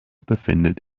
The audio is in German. befindet